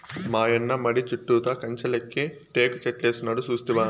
మాయన్న మడి చుట్టూతా కంచెలెక్క టేకుచెట్లేసినాడు సూస్తినా